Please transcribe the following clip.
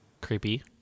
creepy